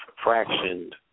fractioned